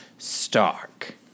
Stark